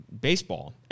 baseball